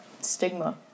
stigma